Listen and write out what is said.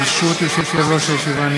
ברשות יושב-ראש הישיבה,